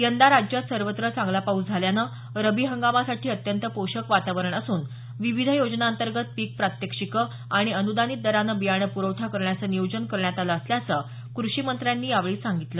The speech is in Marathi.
यंदा राज्यात सर्वत्र चांगला पाऊस झाल्यानं रब्बी हंगामासाठी अत्यंत पोषक वातावरण असून विविध योजनांअंतर्गत पीक प्रात्यक्षिकं आणि अनुदानित दरानं बियाणं प्रवठा करण्याचं नियोजन करण्यात आलं असल्याचं कृषी मंत्र्यांनी यावेळी सांगितलं